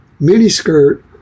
miniskirt